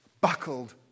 buckled